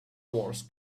wars